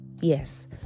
Yes